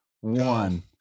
One